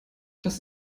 das